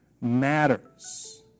matters